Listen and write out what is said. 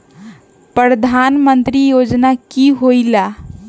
प्रधान मंत्री योजना कि होईला?